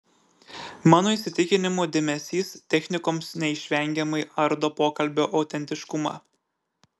mano įsitikinimu dėmesys technikoms neišvengiamai ardo pokalbio autentiškumą